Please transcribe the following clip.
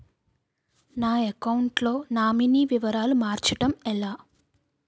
నా అకౌంట్ లో నామినీ వివరాలు మార్చటం ఎలా?